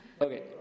okay